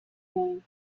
name